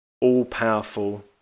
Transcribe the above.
all-powerful